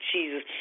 Jesus